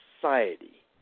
society